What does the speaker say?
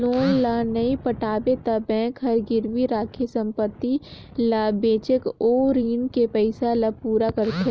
loan ल नइ पटाबे त बेंक हर गिरवी राखे संपति ल बेचके ओ रीन के पइसा ल पूरा करथे